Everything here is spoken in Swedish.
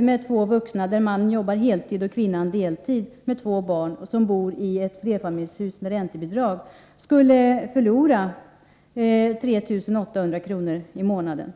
med två vuxna, där mannen jobbar heltid och kvinnan deltid, som har två barn och som bor i ett flerfamiljshus med räntebidrag skulle förlora 3 800 kr. i månaden.